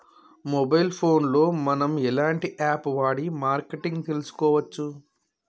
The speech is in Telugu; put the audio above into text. మొబైల్ ఫోన్ లో మనం ఎలాంటి యాప్ వాడి మార్కెటింగ్ తెలుసుకోవచ్చు?